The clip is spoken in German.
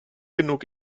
genug